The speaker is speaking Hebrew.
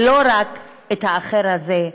ולא רק את האחר הזה,